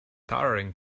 towering